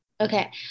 Okay